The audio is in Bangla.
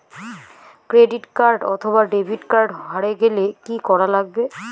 ক্রেডিট কার্ড অথবা ডেবিট কার্ড হারে গেলে কি করা লাগবে?